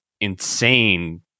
insane